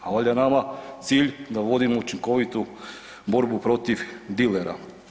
Pa valjda je nama cilj da vodimo učinkovitu borbu protiv dilera.